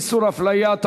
איסור הפליה),